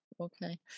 Okay